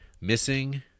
missing